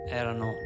erano